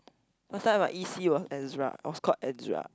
last time my E_C was Ezra was called Ezra